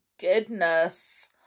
goodness